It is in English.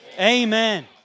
amen